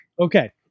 Okay